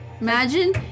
Imagine